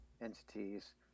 entities